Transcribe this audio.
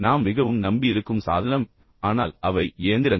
நாம் மிகவும் நம்பியிருக்கும் சாதனம் ஆனால் அவை இயந்திரங்கள்